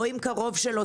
או אם קרוב שלו,